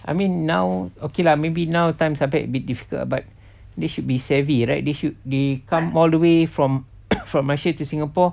I mean now okay lah maybe now times are bad a bit difficult but they should be savvy right they should they come all the way from from russia to singapore